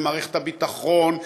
במערכת הביטחון,